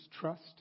trust